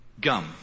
Gum